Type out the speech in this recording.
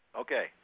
Okay